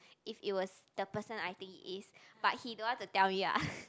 if it was the person I think it is but he don't want to tell me lah